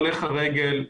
הולך הרגל,